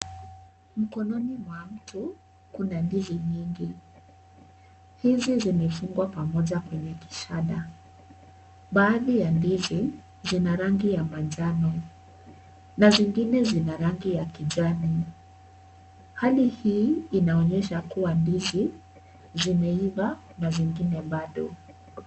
Mkononi mwa mtu kuna ndizi nyingi. Hizi zimefungwa pamoja kwenye kishada. Baadhi ya ndizi zina rangi ya manjano na zingine zina rangi ya kijani. Hali hii inaonyesha kuwa ndizi vimeiva na zingine bado.